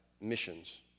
missions